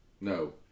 No